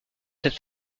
cette